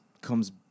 comes